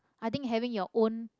I think having your own